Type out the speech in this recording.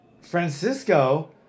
Francisco